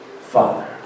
father